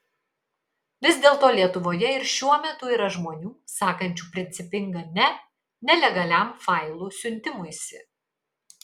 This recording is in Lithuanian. vis dėlto lietuvoje ir šiuo metu yra žmonių sakančių principingą ne nelegaliam failų siuntimuisi